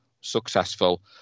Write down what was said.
Successful